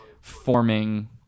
forming